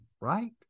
right